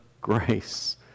grace